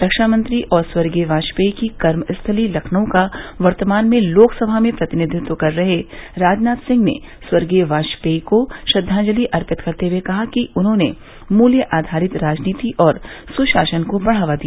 रक्षामंत्री और स्वर्गीय वाजपेई की कर्मस्थली लखनऊ का वर्तमान में लोकसभा में प्रतिनिधित्व कर रहे राजनाथ सिंह ने स्वर्गीय वाजपेई को श्रद्वाजलि अर्पित करते हुए कहा कि उन्होंने मूल्य आधारित राजनीति और सुशासन को बढ़ावा दिया